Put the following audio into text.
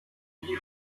die